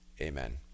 Amen